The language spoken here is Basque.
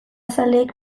zaleek